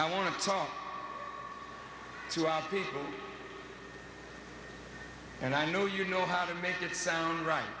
i want to talk to other people and i know you know how to make it sound right